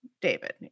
David